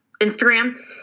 Instagram